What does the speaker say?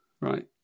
right